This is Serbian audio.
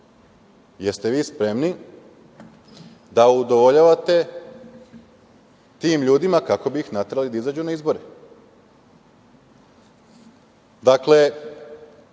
jer ste vi spremni da udovoljavate tim ljudima kako bi ih naterali da izađu na izbore. Dakle,